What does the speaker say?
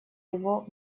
его